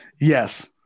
Yes